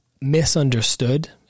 misunderstood